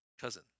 Cousin